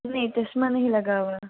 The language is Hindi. नहीं चश्मा नहीं लगा हुआ